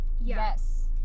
yes